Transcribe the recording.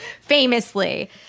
Famously